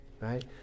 right